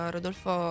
Rodolfo